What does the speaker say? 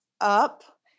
up